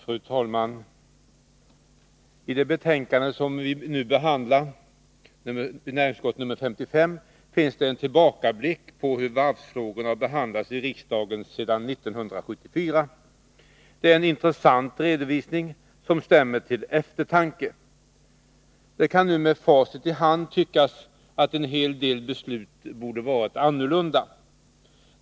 Fru talman! I det betänkande som vi nu behandlar, näringsutskottets betänkande nr 55, finns det en tillbakablick på hur varvsfrågorna har behandlats i riksdagen sedan 1974. Det är en intressant redovisning som stämmer till eftertanke. Det kan nu med facit i hand tyckas att en hel del beslut borde ha varit annorlunda.